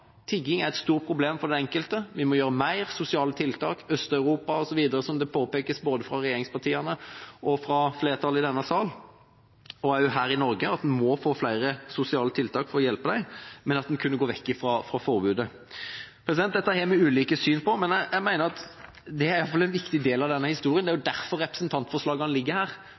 tigging er et stort problem for den enkelte, og vi må gjøre mer: sosiale tiltak i Øst-Europa osv., som det påpekes både fra regjeringspartiene og fra flertallet i denne sal, og også her i Norge – at en må få flere sosiale tiltak for å hjelpe dem det gjelder, men at en kunne gå vekk fra forbudet. Dette har vi ulike syn på, men jeg mener at dette i hvert fall er en viktig del av denne historien. Det er